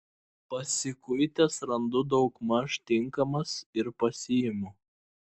pasikuitęs randu daugmaž tinkamas ir pasiimu